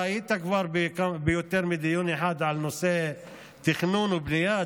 אתה היית כבר ביותר מדיון אחד על נושא תכנון ובנייה.